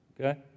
Okay